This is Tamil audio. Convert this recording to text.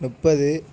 முப்பது